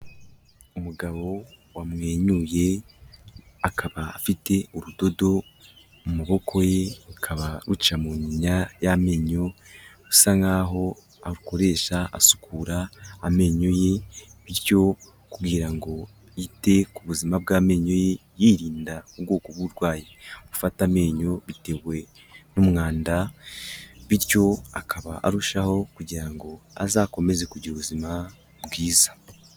Umugabo wamwenyuye akaba afite urudodo mu maboko ye, rukaba ruca mu nyinya y'amenyo bisa nkaho arukoresha asukura amenyo ye, bityo kugira ngo yite ku buzima bw'amenyo ye yirinda ubwoko bw'uburwayi bufata amenyo bitewe n'umwanda, bityo akaba arushaho kugira ngo azakomeze kugira ubuzima bwiza.